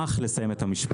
אני אשמח לסיים את המשפט.